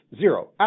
Zero